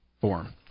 form